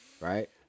right